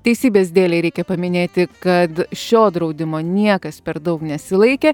teisybės dėlei reikia paminėti kad šio draudimo niekas per daug nesilaikė